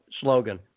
slogan